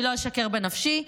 אני לא אשקר בנפשי.